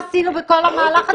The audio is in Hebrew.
אחרת, מה עשינו בכל המהלך הזה?